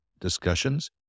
discussions